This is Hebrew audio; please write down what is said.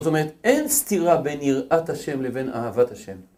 זאת אומרת אין סתירה בין יראת השם לבין אהבת השם.